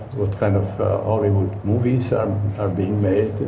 what kind of hollywood movies are being made,